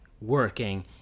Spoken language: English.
working